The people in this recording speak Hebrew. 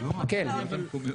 רק אם אפשר,